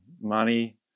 money